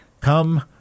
come